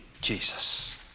Jesus